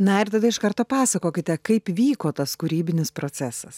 na ir tada iš karto pasakokite kaip vyko tas kūrybinis procesas